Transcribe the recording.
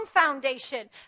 foundation